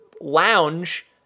lounge